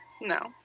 no